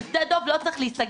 ושדה דב לא צריך להיסגר,